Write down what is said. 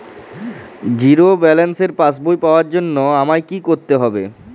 Zero ব্যালেন্সের পাসবই পাওয়ার জন্য আমায় কী করতে হবে?